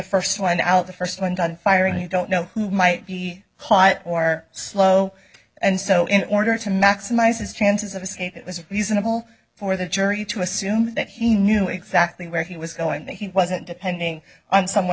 first one out the first one firing you don't know who might be high or slow and so in order to maximize his chances of escape it was reasonable for the jury to assume that he knew exactly where he was going that he wasn't depending on someone